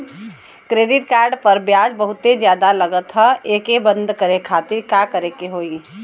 Credit card पर ब्याज बहुते ज्यादा लगत ह एके बंद करे खातिर का करे के होई?